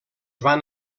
van